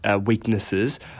weaknesses